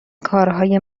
کارهای